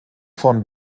von